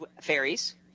fairies